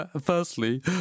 firstly